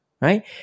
right